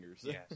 Yes